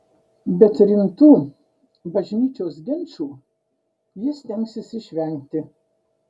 bet rimtų bažnyčios ginčų ji stengsis išvengti